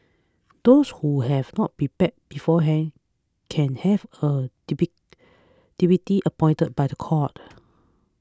those who have not prepared beforehand can have a depict deputy appointed by the court